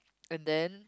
and then